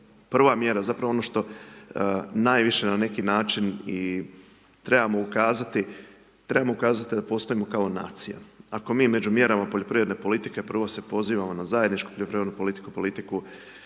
prava mjera zapravo ono što najviše na neki način i trebamo ukazati, trebamo ukazati da postojimo kao nacija. Ako mi među mjerama poljoprivredne politike, prvo se pozivamo na zajedničku poljoprivrednu politiku, politiku